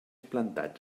plantats